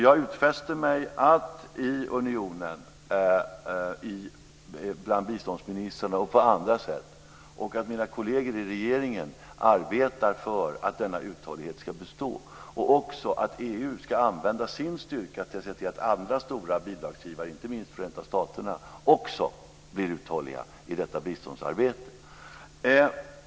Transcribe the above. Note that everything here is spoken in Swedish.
Jag utfäster mig att i unionen bland biståndsministrarna och på andra sätt och bland mina kolleger i regeringen arbeta för att denna uthållighet ska bestå och också att EU ska använda sin styrka till att se till att andra stora bidragsgivare, inte minst Förenta staterna, också blir uthålliga i detta biståndsarbete.